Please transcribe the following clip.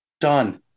Done